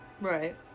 Right